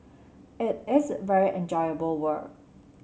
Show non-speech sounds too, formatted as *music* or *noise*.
*unintelligible* it is very enjoyable work